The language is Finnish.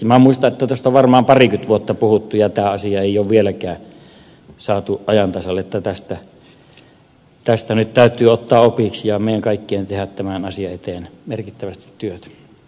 minä muistan että tästä on varmaan parikymmentä vuotta puhuttu ja tätä asiaa ei ole vieläkään saatu ajan tasalle eli tästä nyt täytyy ottaa opiksi ja meidän kaikkien tehdä tämän asian eteen merkittävästi työtä